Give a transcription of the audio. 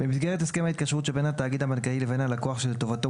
במסגרת הסכם התקשרות שבין התאגיד הבנקאי לבין הלקוח שלטובתו